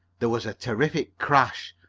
there was a terrific crash,